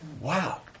Wow